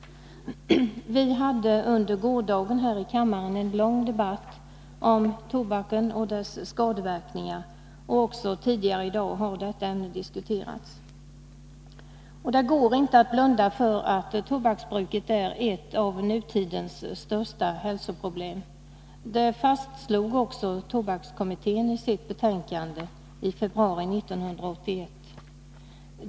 Vi hade under gårdagen en lång debatt här i kammaren om tobaken och dess skadeverkningar. Detta ämne har också diskuterats tidigare i dag. Det går inte att blunda för att tobaksbruket är ett av nutidens största hälsoproblem. Detta fastslog också tobakskommittén i sitt betänkande i februari 1981.